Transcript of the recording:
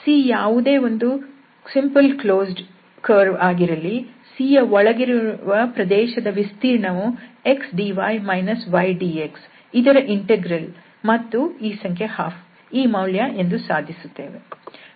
C ಯಾವುದೇ ಒಂದು simple closed curve ಆಗಿರಲಿ C ಯ ಒಳಗಿರುವ ಪ್ರದೇಶದ ವಿಸ್ತೀರ್ಣವು xdy ydx ಇದರ ಇಂಟೆಗ್ರಲ್ ಮತ್ತು ಈ ಸಂಖ್ಯೆ 12 ಈ ಮೌಲ್ಯ ಎಂದು ಸಾಧಿಸುತ್ತೇವೆ